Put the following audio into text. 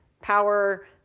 power